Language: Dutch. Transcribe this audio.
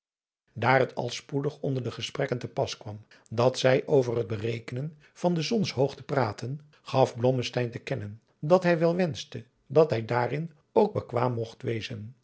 daar het al spoedig onder de gesprekken te pas kwam dat zij over het berekenen van de zonshoogte praatten gaf blommesteyn te kennen dat hij wel wenschte dat hij daarin ook bekwaam mogt wezen